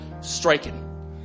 striking